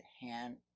hand